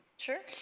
sure